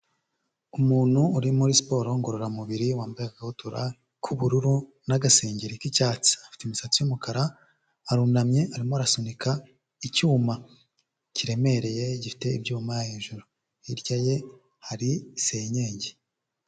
Umuntu uri muri siporo ngororamubiri wambaye agakabutura k'ubururu n'agasengeri k'icyatsi, afite imisatsi y'umukara arunamye arimo arasunika icyuma kiremereye gifite ibyuma hejuru, hirya ye hari senyenge.